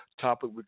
topic